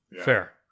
Fair